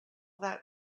that